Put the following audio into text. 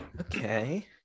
Okay